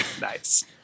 Nice